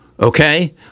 Okay